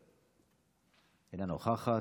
אינה נוכחת,